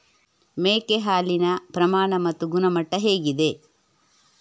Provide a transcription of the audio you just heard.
ಮೇಕೆ ಹಾಲಿನ ಪ್ರಮಾಣ ಮತ್ತು ಗುಣಮಟ್ಟ ಹೇಗಿದೆ?